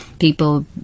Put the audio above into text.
people